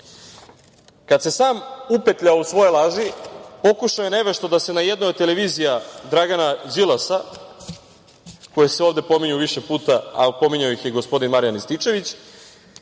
se sam upetljao u svoje laži, pokušavao je nevesto da se na jednoj od televizija Dragana Đilasa, koje se ovde pominju više puta, ali pominjao ih je gospodin Marijan Rističević,